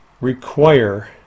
require